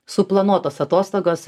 suplanuotas atostogas